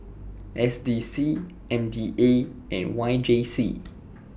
S D C M D A and Y J C